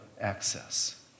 access